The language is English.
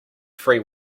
free